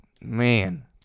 Man